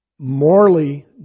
Morally